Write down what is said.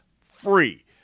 free